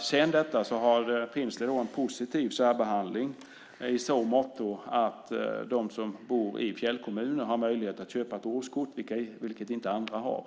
Sedan detta inträffade finns det en positiv särbehandling i så måtto att de som bor i fjällkommuner har möjlighet att köpa årskort, vilket inte andra har,